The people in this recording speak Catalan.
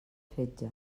fetge